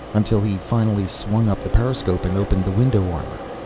until he finally swung up the periscope and opened the window armor.